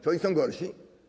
Czy oni są gorsi?